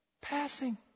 Passing